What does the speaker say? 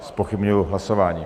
Zpochybňuji hlasování.